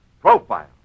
profile